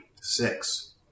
six